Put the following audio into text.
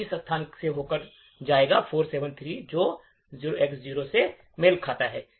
यह इस स्थान से होकर जाएगा 473 जो इस 0X0 से मेल खाता है